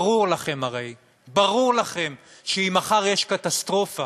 ברור לכם הרי שאם מחר יש קטסטרופה